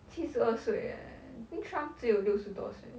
七十二岁 eh mmhmm trump 只有六十多岁 eh